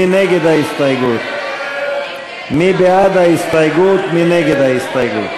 מי נגד ההסתייגות?